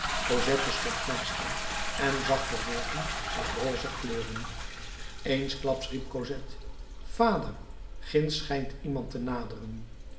cosette stond naast hem en zag de wolken zich rozig kleuren eensklaps riep cosette vader ginds schijnt iemand te naderen